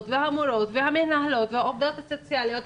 והמורות והמנהלות והעובדות הסוציאליות,